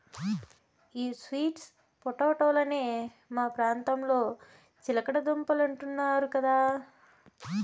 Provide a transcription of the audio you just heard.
ఈ స్వీట్ పొటాటోలనే మా ప్రాంతంలో చిలకడ దుంపలంటున్నారు కదా